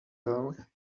doe